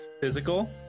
Physical